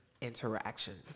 interactions